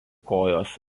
kojos